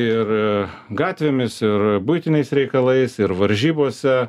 ir gatvėmis ir buitiniais reikalais ir varžybose